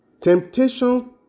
Temptation